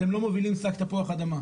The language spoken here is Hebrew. אתם לא מובילים שק תפוח אדמה.